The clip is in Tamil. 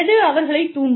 எது அவர்களைத் தூண்டும்